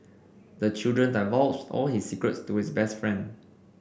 the children divulged all his secrets to his best friend